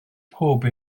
pob